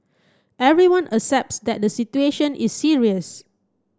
everyone accepts that the situation is serious